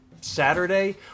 Saturday